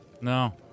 No